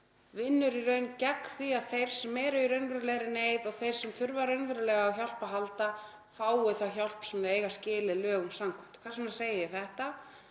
vinnur í raun gegn því að þeir sem eru í raunverulegri neyð og þeir sem þurfa raunverulega á hjálp að halda fái þá hjálp sem þeir eiga skilið lögum samkvæmt. Hvers vegna segi ég þetta?